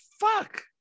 fuck